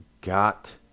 got